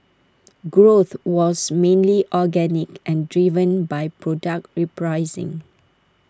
growth was mainly organic and driven by product repricing